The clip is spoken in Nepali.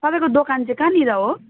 तपाईँको दोकान चाहिँ कहाँनिर हो